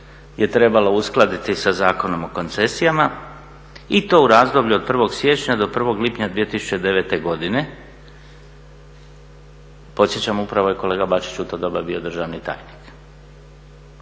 je trebalo uskladiti sa Zakonom o koncesijama i to u razdoblju od 1. siječnja do 1. lipnja 2009. godine. Podsjećam, upravo je kolega Bačić u to doba bio državni tajnik.